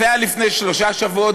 זה היה לפני שלושה שבועות.